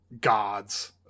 gods